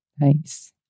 Nice